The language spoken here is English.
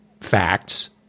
facts